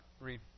read